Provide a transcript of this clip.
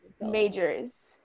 majors